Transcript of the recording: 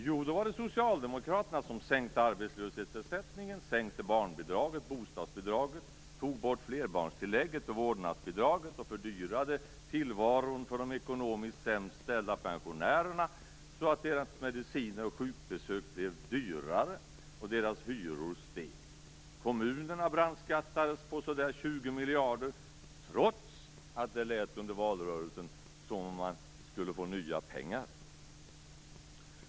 Jo, socialdemokraterna sänkte arbetslöshetsersättningen, barnbidraget och bostadsbidraget. De tog bort flerbarnstillägget och vårdnadsbidraget. De fördyrade tillvaron för de ekonomiskt sämst ställda pensionärerna, så att deras mediciner och sjukbesök blev dyrare, och deras hyror steg. Kommunerna brandskattades på så där 20 miljarder, trots att det under valrörelsen lät som om kommunerna skulle få nya pengar.